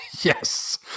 yes